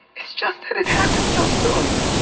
it's just that it happened so soon.